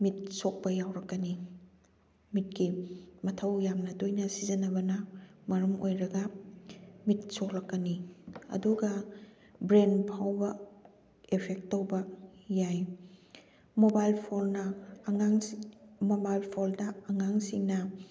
ꯃꯤꯠꯁꯣꯛꯄ ꯌꯥꯎꯔꯛꯀꯅꯤ ꯃꯤꯠꯀꯤ ꯃꯊꯧ ꯌꯥꯝꯅ ꯇꯣꯏꯅ ꯁꯤꯖꯟꯅꯕꯅ ꯃꯔꯝ ꯑꯣꯏꯔꯒ ꯃꯤꯠ ꯁꯣꯛꯂꯛꯀꯅꯤ ꯑꯗꯨꯒ ꯕ꯭ꯔꯦꯟ ꯐꯥꯎꯕ ꯑꯦꯐꯦꯛ ꯇꯧꯕ ꯌꯥꯏ ꯃꯣꯕꯥꯜ ꯐꯣꯟꯅ ꯑꯉꯥꯡꯁꯤ ꯃꯣꯕꯥꯏꯜ ꯐꯣꯟꯗ ꯑꯉꯥꯡꯁꯤꯡꯅ